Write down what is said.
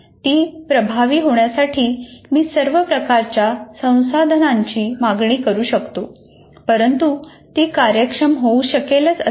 ती प्रभावी होण्यासाठी मी सर्व प्रकारच्या संसाधनांची मागणी करू शकतो परंतु ती कार्यक्षम होऊ शकेलच असे नाही